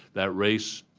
that race,